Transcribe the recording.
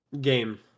game